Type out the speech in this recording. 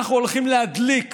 אנחנו הולכים להדליק